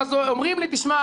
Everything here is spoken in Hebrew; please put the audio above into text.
אז אומרים לי: תשמע,